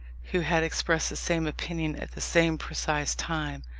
who had expressed the same opinion at the same precise time,